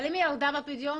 אם ירדה בפדיון?